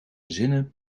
zinnen